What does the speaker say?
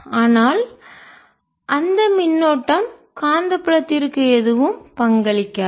ஆனால் அந்த மின்னோட்டம் காந்தப்புலத்திற்கு எதுவும் பங்களிக்காது